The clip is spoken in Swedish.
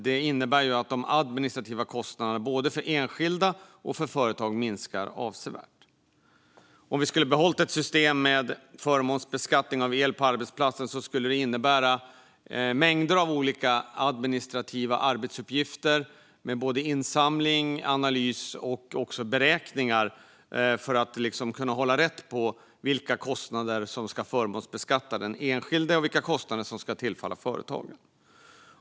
Det innebär att de administrativa kostnaderna både för enskilda och för företag minskar avsevärt. Om vi skulle behålla ett system med förmånsbeskattning av el på arbetsplatsen skulle det innebära mängder av olika administrativa arbetsuppgifter med både insamling, analys och beräkningar för att kunna hålla rätt på vilka kostnader som ska förmånsbeskattas den enskilde och vilka kostnader som ska tillfalla företag.